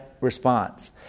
response